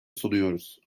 sunuyoruz